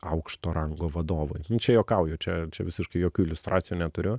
aukšto rango vadovui nu čia juokauju čia čia visiškai jokių iliustracijų neturiu